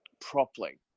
Properly